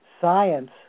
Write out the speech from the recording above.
Science